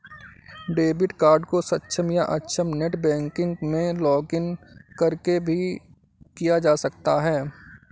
debit card को सक्षम या अक्षम नेट बैंकिंग में लॉगिंन करके भी किया जा सकता है